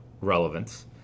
relevance